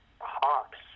Hawks